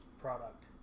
product